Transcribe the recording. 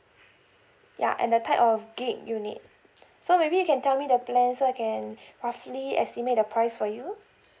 ya and the type of gig you need so maybe you can tell me the plan so I can roughly estimate the price for you